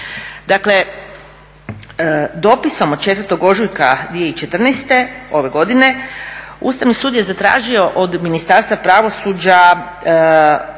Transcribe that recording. Dakle dopisom od 4. ožujka 2014. ove godine Ustavni sud je zatražio od Ministarstva pravosuđa